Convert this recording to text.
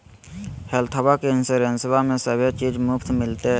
हेल्थबा के इंसोरेंसबा में सभे चीज मुफ्त मिलते?